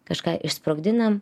kažką išsprogdinam